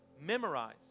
Memorize